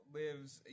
lives